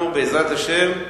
בעזרת השם,